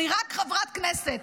אני רק חברת כנסת,